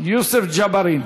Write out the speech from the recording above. יוסף ג'אברין.